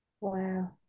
Wow